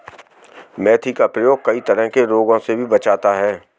मेथी का प्रयोग कई तरह के रोगों से भी बचाता है